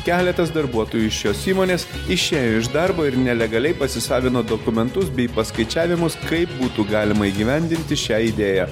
keletas darbuotojų iš šios įmonės išėjo iš darbo ir nelegaliai pasisavino dokumentus bei paskaičiavimus kaip būtų galima įgyvendinti šią idėją